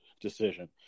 decision